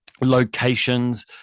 locations